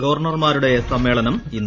ഗവർണർമാരുടെ സമ്മേളനം ഇന്ന്